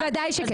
בוודאי שכן.